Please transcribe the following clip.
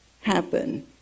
happen